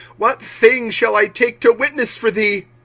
what thing shall i take to witness for thee?